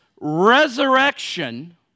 resurrection